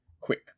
quick